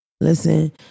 Listen